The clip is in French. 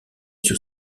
sur